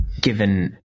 given